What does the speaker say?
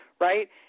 right